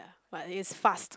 but is fast